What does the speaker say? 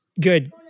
Good